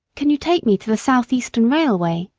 can you take me to the south-eastern railway?